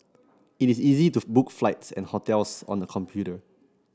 it is easy to book flights and hotels on the computer